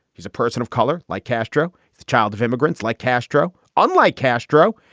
he's a person of color like castro, the child of immigrants like castro. unlike castro,